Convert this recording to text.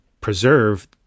preserve